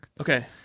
Okay